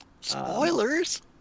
Spoilers